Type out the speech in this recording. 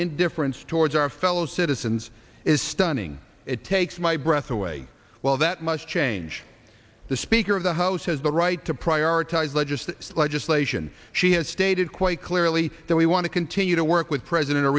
indifference towards our fellow citizens is stunning it takes my breath away well that must change the speaker of the house has the right to prioritize legist legislation she has stated quite clearly that we want to continue to work with president a